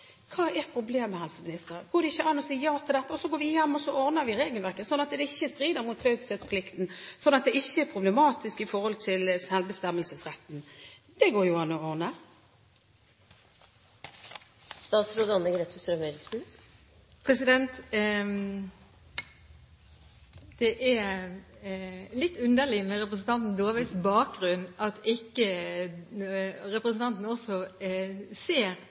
Hva er problemet, helseminister? Går det ikke an å si ja til dette, og så går vi hjem, og så ordner vi regelverket slik at det ikke strider mot taushetsplikten, slik at det ikke er problematisk i forhold til selvbestemmelsesretten. Det går det jo an å ordne? Med tanke på representanten Dåvøys bakgrunn er det litt underlig at hun ikke også ser at dette er litt annerledes, at man ikke